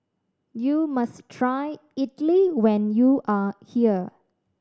you must try idly when you are here